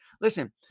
Listen